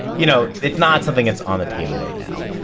you know, it's not something that's on the table right now.